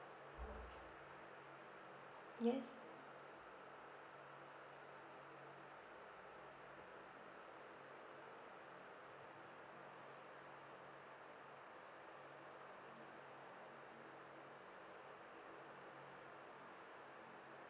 yes